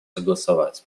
согласовать